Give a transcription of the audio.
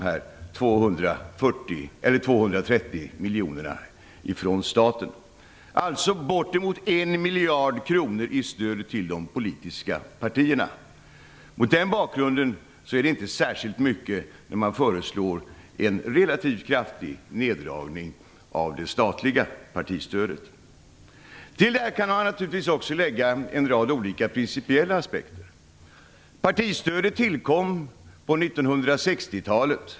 Härtill kommer, som sagt, de 230 miljonerna från staten. Det rör sig alltså om bortemot 1 miljard kronor i stöd till de politiska partierna. Mot den bakgrunden betyder det inte särskilt mycket att man föreslår en relativt kraftig neddragning av det statliga partistödet. Till detta kan naturligtvis också läggas en rad olika principiella aspekter. Partistödet tillkom på 1960 talet.